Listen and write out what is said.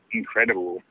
incredible